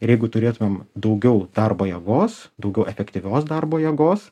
ir jeigu turėtumėm daugiau darbo jėgos daugiau efektyvios darbo jėgos